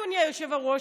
אדוני היושב-ראש,